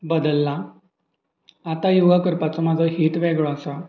बदललां आतां योगा करपाचो म्हजो हेत वेगळो आसा